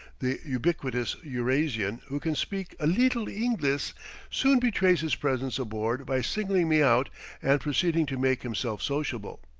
the ubiquitous urasian who can speak a leetle inglis soon betrays his presence aboard by singling me out and proceeding to make himself sociable.